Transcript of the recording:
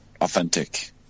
authentic